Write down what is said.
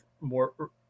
more